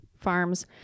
farms